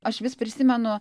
aš vis prisimenu